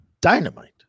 Dynamite